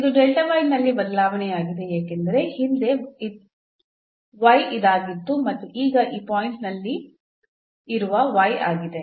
ಇದು ನಲ್ಲಿ ಬದಲಾವಣೆಯಾಗಿದೆ ಏಕೆಂದರೆ ಹಿಂದೆ ಇದಾಗಿತ್ತು ಮತ್ತು ಈಗ ಈ ಪಾಯಿಂಟ್ ಅಲ್ಲಿ ಇರುವ ಆಗಿದೆ